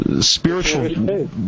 spiritual